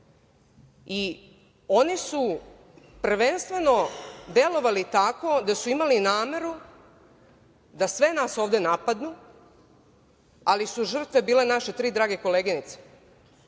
Oni su prvenstveno delovali tako da su imali nameru da sve nas ovde napadnu, ali su žrtve bile naše tri drage koleginice,